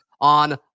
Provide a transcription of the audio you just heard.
On